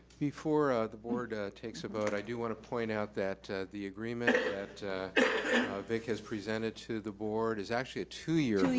before ah the board takes a vote, i do wanna point out that the agreement that vic has presented to the board is actually a two-year agreement.